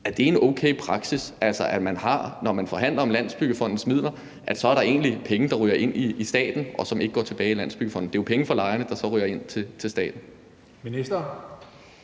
Er det en okay praksis, altså at der, når man forhandler om Landsbyggefondens midler, så egentlig er penge, der ryger ind til staten, og som ikke går tilbage i Landsbyggefonden? Det er jo penge fra lejerne, der så ryger ind til staten.